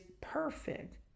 perfect